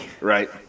Right